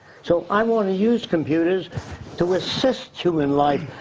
so i wanna use computers to assist human life,